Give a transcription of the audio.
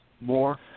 more